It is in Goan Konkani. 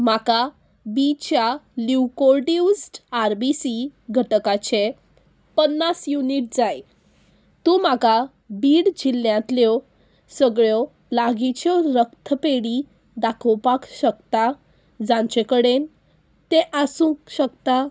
म्हाका बी च्या ल्युकोड्युज आर बी सी घटकाचे पन्नास युनीट जाय तूं म्हाका बीड जिल्ल्यांतल्यो सगळ्यो लागींच्यो रक्तपेढी दाखोवपाक शकता जांचे कडेन तें आसूंक शकता